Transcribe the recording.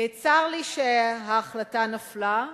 צר לי שההחלטה נפלה,